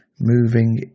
moving